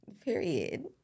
Period